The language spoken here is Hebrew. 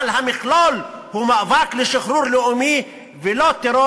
אבל המכלול הוא מאבק לשחרור לאומי ולא טרור